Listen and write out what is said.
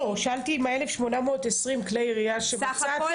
לא, שאלתי על ה-1,820 כלי ירייה שמצאתם.